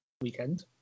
weekend